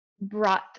brought